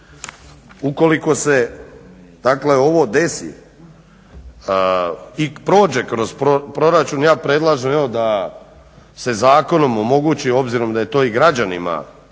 Ukoliko se dakle ovo desi i prođe kroz proračun ja predlažem da se zakonom omogući obzirom da je to i građanima